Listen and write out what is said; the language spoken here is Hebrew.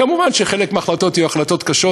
כמובן שחלק מההחלטות יהיו החלטות קשות,